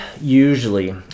usually